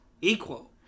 equal